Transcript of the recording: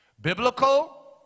Biblical